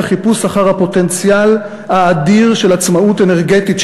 החיפוש אחר הפוטנציאל האדיר של עצמאות אנרגטית,